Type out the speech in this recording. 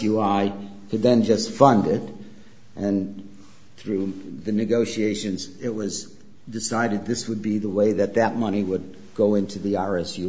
you i could then just fund it and through the negotiations it was decided this would be the way that that money would go into the iris you